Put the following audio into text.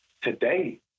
Today